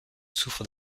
souffre